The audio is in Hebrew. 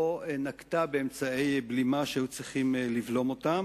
נקטה אמצעי בלימה שהיו צריכים לבלום זאת.